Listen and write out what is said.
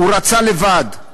הוא רצה לבד,